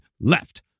LEFT